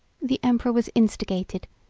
the emperor was instigated,